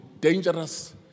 dangerous